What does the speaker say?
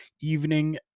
evening